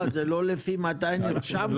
מה, זה לא לפי מתי באנו ונרשמנו?